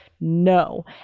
no